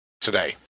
today